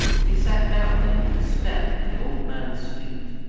he sat down then on the step at the old man's feet.